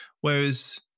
Whereas